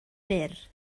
byr